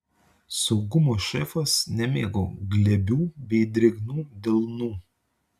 saugumo šefas nemėgo glebių bei drėgnų delnų